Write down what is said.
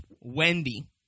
Wendy